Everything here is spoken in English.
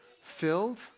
filled